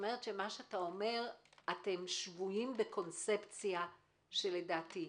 כלומר אתה אומר שאתם שבויים בקונספציה שלדעתי,